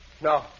No